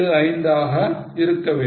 875 ஆக இருக்க வேண்டும்